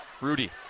Rudy